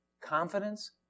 confidence